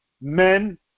Men